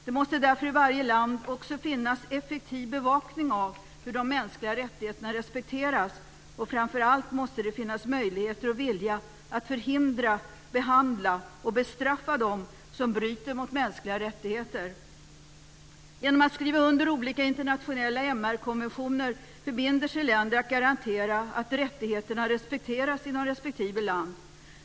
Det måste därför i varje land också finnas effektiv bevakning av hur de mänskliga rättigheterna respekteras, och framför allt måste det finnas möjligheter och vilja att förhindra, behandla och bestraffa dem som bryter mot mänskliga rättigheter. Genom att skriva under olika internationella MR konventioner förbinder sig länder att garantera att rättigheterna respekteras inom respektive land.